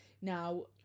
Now